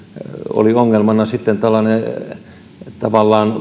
oli ongelmana tavallaan